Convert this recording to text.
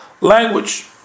language